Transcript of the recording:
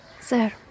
Sir